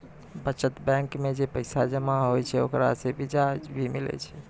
बचत बैंक मे जे पैसा जमा होय छै ओकरा से बियाज भी मिलै छै